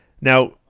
Now